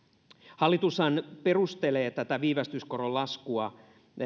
hallitushan perustelee tätä viivästyskoron laskua